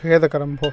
खेदकरं भो